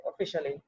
officially